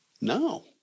No